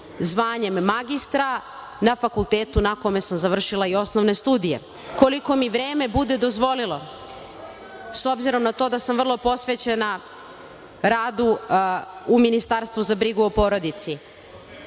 zvanjem magistra na fakultetu na kome sam završila i osnovne studije, koliko mi vreme bude dozvolilo, s obzirom na to da sam vrlo posvećena radu u Ministarstvu za brigu o porodici. Ali,